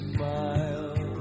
Smile